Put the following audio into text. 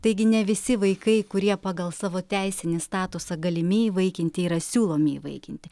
taigi ne visi vaikai kurie pagal savo teisinį statusą galimi įvaikinti yra siūlomi įvaikinti